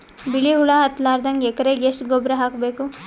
ಬಿಳಿ ಹುಳ ಹತ್ತಲಾರದಂಗ ಎಕರೆಗೆ ಎಷ್ಟು ಗೊಬ್ಬರ ಹಾಕ್ ಬೇಕು?